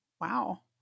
wow